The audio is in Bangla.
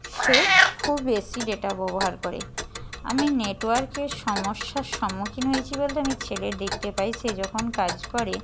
সে খুব বেশি ডেটা ব্যবহার করে আমি নেটওয়ার্কের সমস্যার সম্মুখীন হয়েছি বলতে আমি ছেলের দেখতে পাই সে যখন কাজ করে